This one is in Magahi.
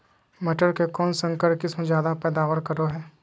मटर के कौन संकर किस्म जायदा पैदावार करो है?